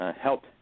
help